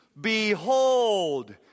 behold